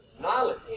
knowledge